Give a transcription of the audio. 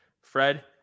Fred